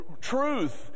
truth